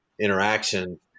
interaction